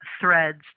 threads